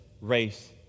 race